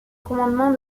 commandement